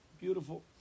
beautiful